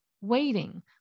waiting